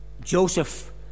Joseph